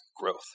growth